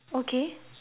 okay